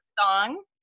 song